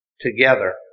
together